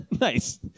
Nice